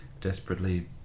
desperately